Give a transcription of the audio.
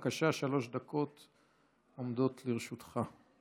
בבקשה, שלוש דקות עומדות לרשותך.